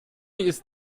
ist